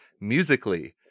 musically